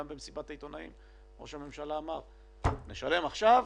גם במסיבת העיתונאים ראש הממשלה אמר: נשלם עכשיו